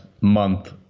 month